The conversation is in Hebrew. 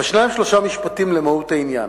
אבל שניים-שלושה משפטים למהות העניין.